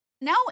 no